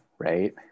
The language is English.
right